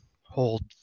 hold